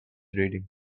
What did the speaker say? reading